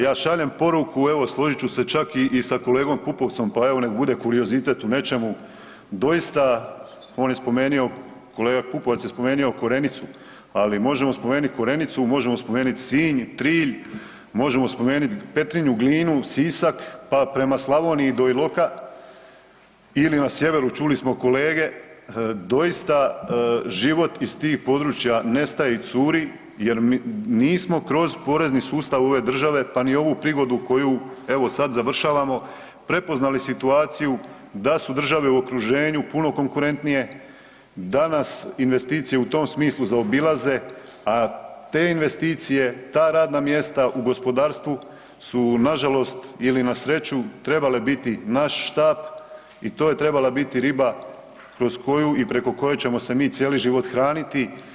Ja šaljem poruku evo, složit ću se čak i kolega Pupovcom, pa evo nek bude kuriozitet u nečemu, doista, on je spomenuo, kolega Pupovac je spomenuo Korenicu, ali možemo spomenuti Korenicu, možemo spomenuti Sinj, Trilj, možemo spomenuti Petrinju, Glinu, Sisak, pa prema Slavoniji do Iloka ili na sjeveru, čuli smo kolege, doista život iz tih područja nestaje i curi jer nismo kroz porezni sustav ove države pa ni ovu prigodu koju evo, sad završavamo, prepoznali situaciju da su države u okruženju puno konkurentnije, da nas investicije u tom smislu zaobilaze, a te investicije, ta radna mjesta u gospodarstvu su nažalost ili na sreću trebale biti naš štap i to je trebala biti riba kroz koju i preko koje ćemo se mi cijeli život hraniti.